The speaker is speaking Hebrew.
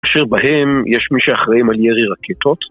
אשר בהם יש מי שאחראים על ירי רקטות